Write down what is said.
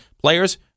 players